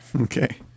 Okay